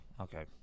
Okay